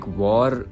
war